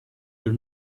your